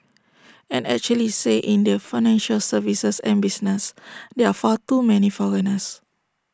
and actually say in the financial services and business there are far too many foreigners